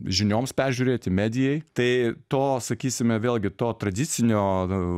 žinioms peržiūrėti medijai tai to sakysime vėlgi to tradicinio